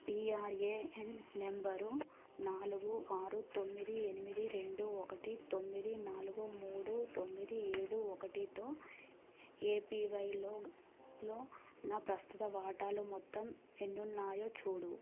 PRAN number నాలుగు ఆరు తొమ్మిది ఎనిమిది రెండు ఒకటి తొమ్మిది నాలుగు మూడు తొమ్మిది ఏడు ఒకటితో ఏపీవైలో నా ప్రస్తుత వాటాలు మొత్తం ఎన్నున్నాయో చూడు